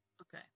Okay